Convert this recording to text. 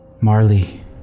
Marley